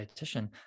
dietitian